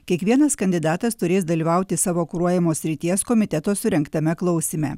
kiekvienas kandidatas turės dalyvauti savo kuruojamos srities komiteto surengtame klausyme